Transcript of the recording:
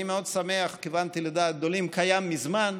אני מאוד שמח, כיוונתי לדעת גדולים, קיים מזמן,